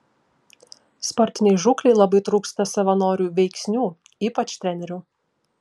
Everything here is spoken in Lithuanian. sportinei žūklei labai trūksta savanorių veiksnių ypač trenerių